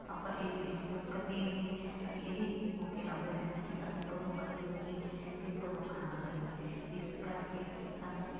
ਆਪਾਂ ਇਸ ਚੀਜ਼ ਨੂੰ ਕਦੀ ਨਹੀਂ ਅਸੀਂ ਇਹੀ ਮੌਕੇ ਲੱਭਦੇ ਰਹਿੰਦੇ ਕਿ ਅਸੀਂ ਕਦੋਂ ਇਕੱਠੇ ਹੋਈਏ ਕਿ ਕਦੋਂ ਖਾਣਾ ਖਾਈਏ ਇਸ ਕਰਕੇ ਸਾਨੂੰ